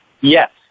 Yes